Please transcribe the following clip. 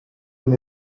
been